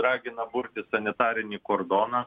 ragina burti sanitarinį kordoną